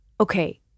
okay